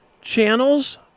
channels